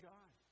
God